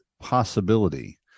possibility